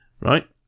Right